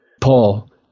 Paul